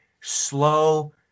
slow